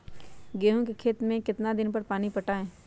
गेंहू के खेत मे कितना कितना दिन पर पानी पटाये?